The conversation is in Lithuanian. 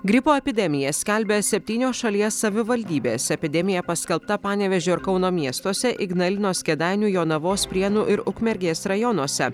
gripo epidemiją skelbia septynios šalies savivaldybės epidemija paskelbta panevėžio ir kauno miestuose ignalinos kėdainių jonavos prienų ir ukmergės rajonuose